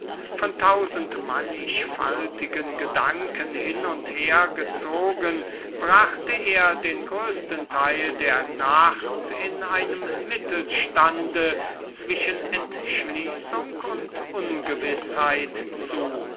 von tausend manchfaltigen gedanken hin und her gezogen brachte er den größesten teil der nacht in einem mittelstand zwischen entschließung und ungewißheit zu